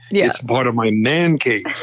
yeah it's part of my man cave.